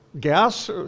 Gas